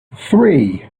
three